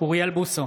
אוריאל בוסו,